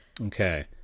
Okay